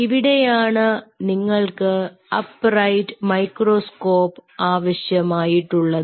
ഇവിടെയാണ് നിങ്ങൾക്ക് upright microscope ആവശ്യമായിട്ടുള്ളത്